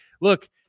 look